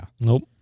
Nope